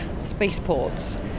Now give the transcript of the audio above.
spaceports